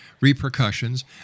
repercussions